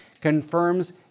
confirms